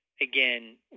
again